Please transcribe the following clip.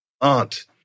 aunt